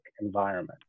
environment